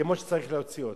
כמו שצריך להוציא אותו.